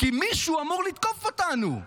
כי מישהו אמור לתקוף אותנו.